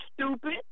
stupid